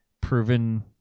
proven